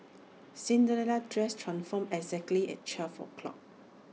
Cinderella's dress transformed exactly at twelve o'clock